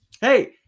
hey